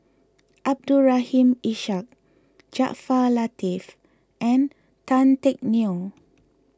Abdul Rahim Ishak Jaafar Latiff and Tan Teck Neo